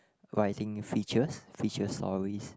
writing features feature stories